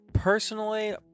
Personally